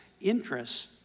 interests